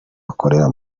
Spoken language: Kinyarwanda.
akorera